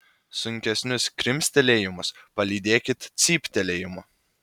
sunkesnius krimstelėjimus palydėkit cyptelėjimu